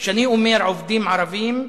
וכשאני אומר "עובדים ערבים",